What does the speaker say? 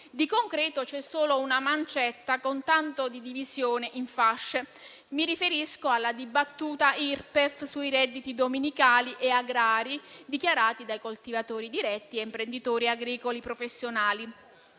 di concreto c'è solo una mancetta con tanto di divisione in fasce. Mi riferisco alla dibattuta Irpef sui redditi dominicali e agrari dichiarati dai coltivatori diretti e imprenditori agricoli professionali,